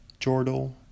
Jordal